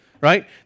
right